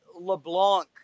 LeBlanc